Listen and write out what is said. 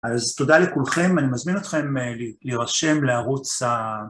אז תודה לכולכם, אני מזמין אתכם להירשם לערוץ ה...